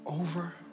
over